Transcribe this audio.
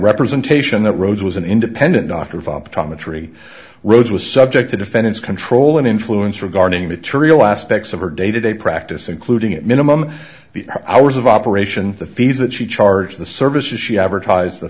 representation that rose was an independent doctor of optometry rhodes was subject to defendant's control and influence regarding material aspects of our day to day practice including at minimum the hours of operation the fees that she charged the services she advertised the